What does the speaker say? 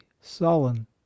sullen